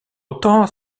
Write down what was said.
autant